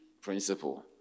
principle